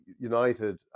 United